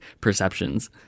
perceptions